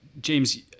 James